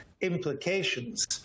implications